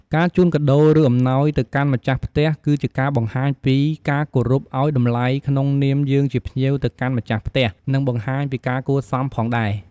ការជូនកាដូរ ឬអំណោយទៅកាន់ម្ចាស់ផ្ទះ គឺជាការបង្ហាញពីការគោរពឲ្យតម្លៃក្នុងនាមយើងជាភ្ញៀវទៅកាន់ម្ខាស់ផ្ទះនិងបង្ហាញពីការគួរសមផងដែរ។